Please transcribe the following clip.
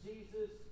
Jesus